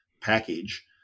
package